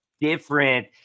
different